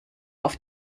auf